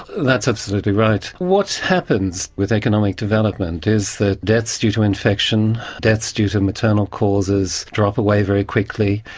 that's absolutely right. what happens with economic development is that deaths due to infection, deaths due to maternal causes drop away very quickly.